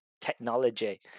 technology